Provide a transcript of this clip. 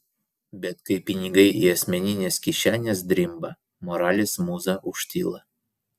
bet kai pinigai į asmenines kišenes drimba moralės mūza užtyla